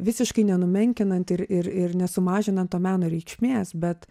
visiškai nenumenkinant ir ir ir nesumažinant to meno reikšmės bet